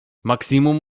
maksimum